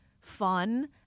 fun